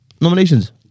nominations